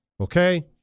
Okay